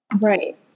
Right